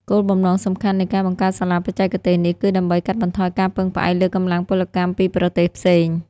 គោលបំណងសំខាន់នៃការបង្កើតសាលាបច្ចេកទេសនេះ គឺដើម្បីកាត់បន្ថយការពឹងផ្អែកលើកម្លាំងពលកម្មពីប្រទេសផ្សេង។